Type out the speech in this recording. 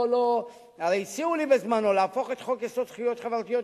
הרי הציעו לי בזמנו להפוך את חוק-יסוד: זכויות חברתיות,